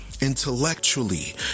intellectually